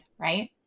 Right